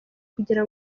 kugira